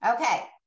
okay